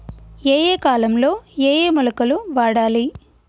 ఏయే కాలంలో ఏయే మొలకలు వాడాలి?